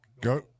Go